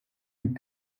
eut